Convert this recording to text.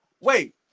wait